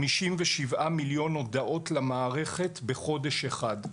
57 מיליון הודעות למערכת בחודש אחד.